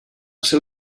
seu